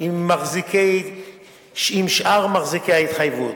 עם שאר מחזיקי תעודות ההתחייבות.